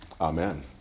amen